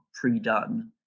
pre-done